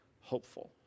hopeful